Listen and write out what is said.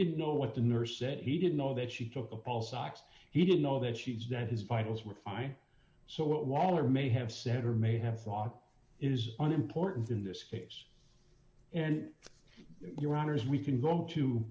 didn't know what the nurse said he didn't know that she took a pulse ox he didn't know that she was that his vitals were fired so what waller may have said or may have thought is unimportant in this case and your honors we can go to